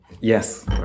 Yes